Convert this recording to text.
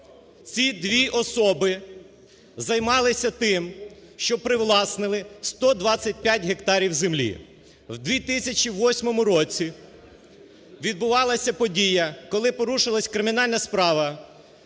Ці дві особи займалися тим, що привласнили 125 гектарів землі. У 2008 році відбувалася подія, коли порушилась кримінальна справа